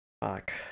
fuck